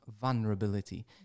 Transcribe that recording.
vulnerability